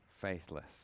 faithless